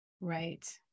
Right